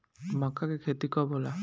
मक्का के खेती कब होला?